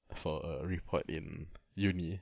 for a report in uni